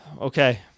Okay